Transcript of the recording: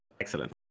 Excellent